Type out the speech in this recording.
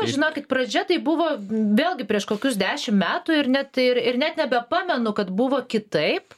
žinokit pradžia tai buvo vėlgi prieš kokius dešim metų ir net ir ir net nebepamenu kad buvo kitaip